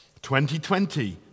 2020